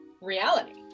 reality